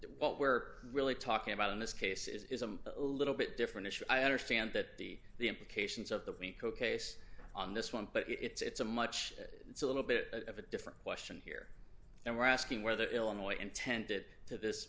what we're really talking about in this case is a little bit different issue i understand that the the implications of the rico case on this one but it's a much it's a little bit of a different question here and we're asking where the illinois intended to this